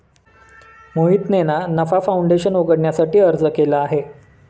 मोहितने ना नफा फाऊंडेशन उघडण्यासाठी अर्ज केला आहे